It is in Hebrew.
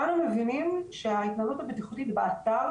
כולנו מבינים שההתנהלות הבטיחותית באתר,